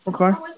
Okay